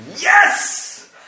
Yes